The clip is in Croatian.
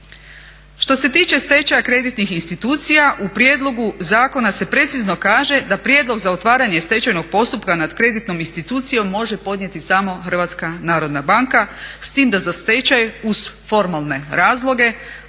Što se tiče stečaja kreditnih institucija u prijedlogu zakona se precizno kaže da prijedlog za otvaranje stečajnog postupka nad kreditnom institucijom može podnijeti samo HNB s tim da za stečaj uz formalne razloge,